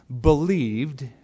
believed